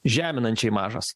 žeminančiai mažas